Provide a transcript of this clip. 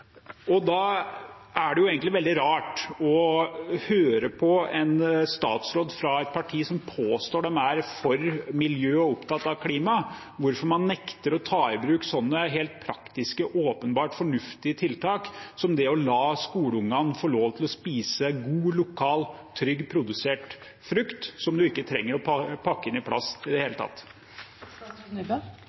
Da er det egentlig veldig rart å høre fra en statsråd fra et parti som påstår at de er for miljø og opptatt av klima, at man nekter å ta i bruk slike helt praktiske og åpenbart fornuftige tiltak som det å la skoleungene få lov til å spise god, lokal, trygt produsert frukt som man ikke trenger å pakke inn i plast i det hele